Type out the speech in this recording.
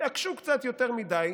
תתעקשו קצת יותר מדי,